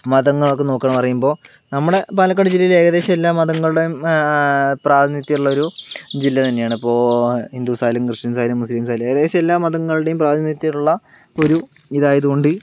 മതങ്ങളും ഒക്കെ നോക്കാന്ന് പറയുമ്പോൾ നമ്മുടെ പാലക്കാട് ജില്ലയില് ഏകദേശം എല്ലാ മതങ്ങളുടെയും പ്രാതിനിധ്യമുള്ള ഒരു ജില്ല തന്നെയാണ് ഇപ്പൊൾ ഹിന്ദുസായാലും ക്രിസ്ത്യൻസായാലും മുസ്ലിംസ് ആയാലും ഏകദേശം എല്ലാ മതങ്ങളുടെയും പ്രാതിനിധ്യമുള്ള ഒരു ഇതായതുകൊണ്ട്